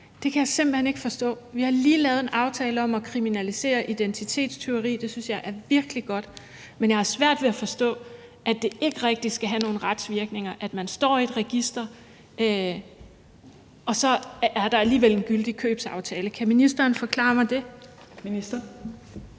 Det kan jeg simpelt hen ikke forstå. Vi har lige lavet en aftale om at kriminalisere identitetstyveri, og det synes jeg er virkelig godt, men jeg har svært ved at forstå, at det ikke rigtig skal have nogen retsvirkninger, at man står i et register. Der er alligevel en gyldig købsaftale. Kan ministeren forklare mig det?